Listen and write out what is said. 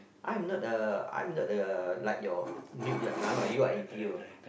I am not a I'm not the like your you are N_T_U I know